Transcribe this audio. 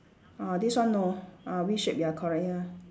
ah this one no ah V shape ya correct ya